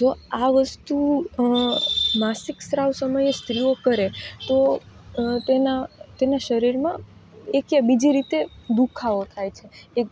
જો આ વસ્તુ માસિકસ્રાવ સમયે સ્ત્રીઓ કરે તો તેના શરીરમાં એક યા બીજી રીતે દુખાવો થાય